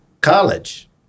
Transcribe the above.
college